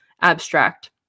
abstract